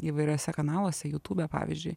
įvairiuose kanaluose jutube pavyzdžiui